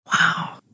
Wow